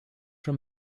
from